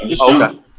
Okay